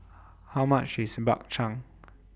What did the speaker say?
How much IS Bak Chang